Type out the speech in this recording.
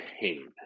pain